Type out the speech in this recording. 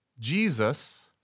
Jesus